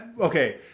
okay